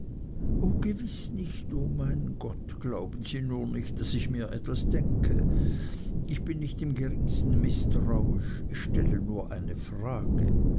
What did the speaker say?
gewiß nicht o mein gott glauben sie nur nicht daß ich mir etwas denke ich bin nicht im geringsten mißtrauisch ich stelle nur eine frage